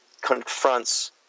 confronts